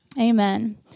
Amen